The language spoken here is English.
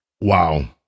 Wow